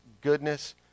goodness